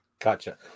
Gotcha